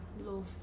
Love